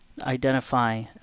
identify